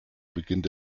beginnt